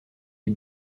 les